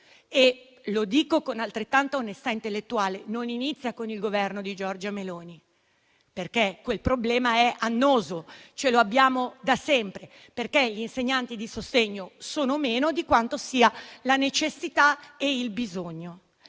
e dico, con altrettanta onestà intellettuale, che non inizia con il Governo di Giorgia Meloni perché quel problema è annoso, lo abbiamo da sempre. Il numero degli insegnanti di sostegno è infatti minore di quanto sia la necessità e il bisogno.